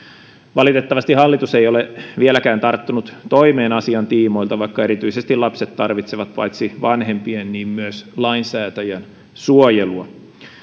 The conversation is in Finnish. valitettavasti hallitus ei ole vieläkään tarttunut toimeen asian tiimoilta vaikka erityisesti lapset tarvitsevat paitsi vanhempien myös lainsäätäjän suojelua